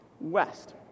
west